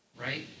right